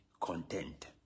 Content